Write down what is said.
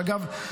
שאגב,